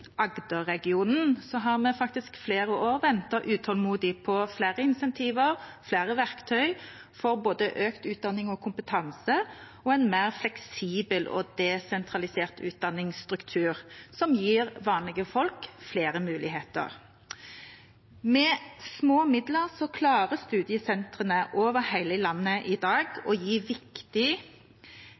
har vi faktisk i flere år ventet utålmodig på flere insentiv og flere verktøy for både økt utdanning og kompetanse og en mer fleksibel og desentralisert utdanningsstruktur som gir vanlige folk flere muligheter. Med små midler klarer studiesentrene over hele landet i dag å gi viktig